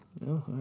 No